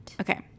Okay